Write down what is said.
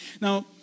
now